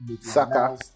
Saka